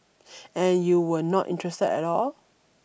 and you were not interested at all